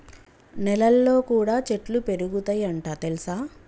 నెలల్లో కూడా చెట్లు పెరుగుతయ్ అంట తెల్సా